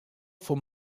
for